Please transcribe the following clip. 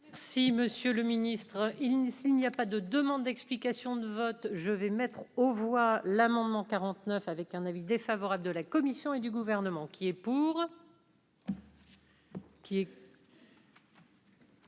Si Monsieur le ministre, il ne s'il n'y a pas de demande d'explication de vote, je vais mettre aux voix l'amendement 49 avec un avis défavorable de la Commission et du gouvernement qui est pour.